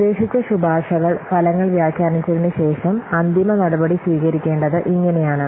നിർദ്ദേശിച്ച ശുപാർശകൾ ഫലങ്ങൾ വ്യാഖ്യാനിച്ചതിന് ശേഷം അന്തിമ നടപടി സ്വീകരിക്കേണ്ടത് ഇങ്ങനെയാണ്